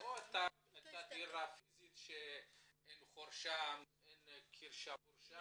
או את הדירה הפיזית שאין שם חור, שאין קיר שבור?